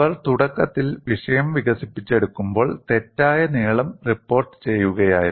അവർ തുടക്കത്തിൽ വിഷയം വികസിപ്പിച്ചെടുക്കുമ്പോൾ തെറ്റായ നീളം റിപ്പോർട്ടുചെയ്യുകയായിരുന്നു